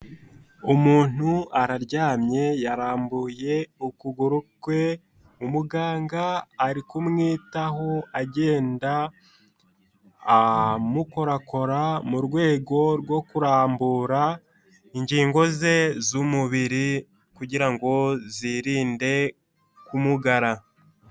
Umuntu araryamye yarambuye ukuguru kwe, umuganga ari kumwitaho agenda amukorakora mu rwego rwo kurambura ingingo ze z'umubiri kugira ngo zirinde kumugara.